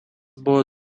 buvo